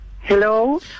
Hello